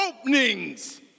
openings